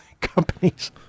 companies –